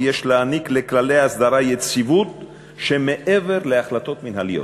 יש להעניק לכללי הסדרה יציבות שמעבר להחלטות מינהליות,